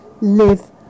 live